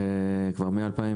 כאשר כבר מ-2016